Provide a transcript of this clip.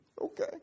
Okay